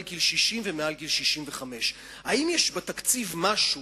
גיל 60 ומעל גיל 65. האם יש בתקציב משהו